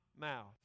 mouth